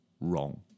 wrong